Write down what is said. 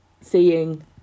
seeing